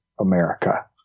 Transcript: America